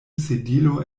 sedilo